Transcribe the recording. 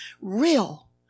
real